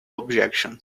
objections